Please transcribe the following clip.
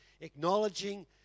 acknowledging